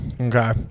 Okay